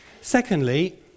Secondly